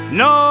no